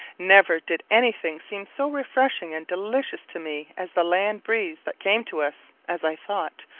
never did any thing seem so refreshing and delicious to me as the land breeze that came to us, as i thought,